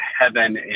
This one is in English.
heaven